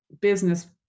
business